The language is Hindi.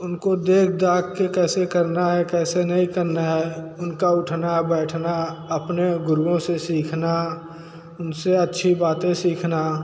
उनको देख दाख के कैसे करना है कैसे नहीं करना है उनका उठना बैठना अपने गुरुओं से सीखना उन से अच्छी बातें सीखना